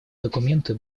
документы